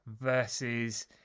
versus